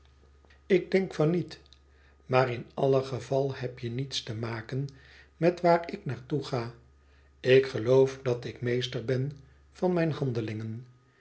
ik denk van niet maar in alle gevallen heb je niets te maken met waar ik naar toe ga ik geloof dat ik meester ben van mijn handelingen